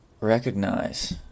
recognize